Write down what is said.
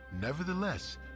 Nevertheless